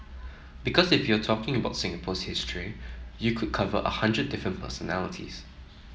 because if you're talking about Singapore's history you could cover a hundred different personalities